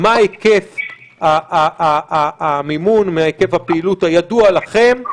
מה היקף המימון מהיקף הפעילות הידוע לכם?